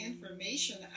information